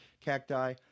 cacti